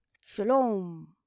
Shalom